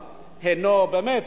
באמת,